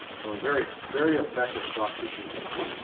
so very very effective soft tissue technique.